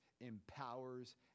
empowers